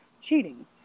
cheating